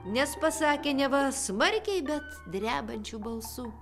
nes pasakė neva smarkiai bet drebančiu balsu